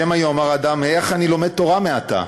"שמא יאמר אדם: היאך אני למד תורה מעתה?